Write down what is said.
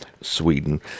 Sweden